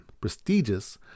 prestigious